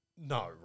no